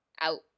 Out